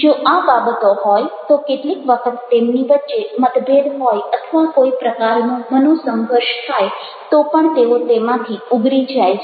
જો આ બાબતો હોય તો કેટલીક વખત તેમની વચ્ચે મતભેદ હોય અથવા કોઈ પ્રકારનો મનોસંઘર્ષ થાય તો પણ તેઓ તેમાંથી ઉગરી જાય છે